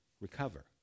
recover